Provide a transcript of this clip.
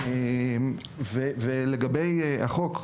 ולגבי החוק,